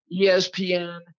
ESPN